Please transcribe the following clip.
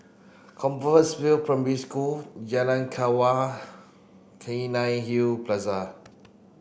Compassvale Primary School Jalan Kelawar Plaza